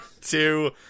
Two